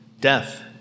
death